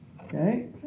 okay